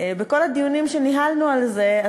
בכל הדיונים שניהלנו על זה,